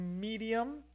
medium